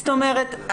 זאת אומרת,